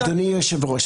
אדוני היושב-ראש,